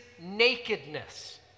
nakedness